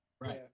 Right